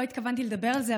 לא התכוונתי לדבר על זה,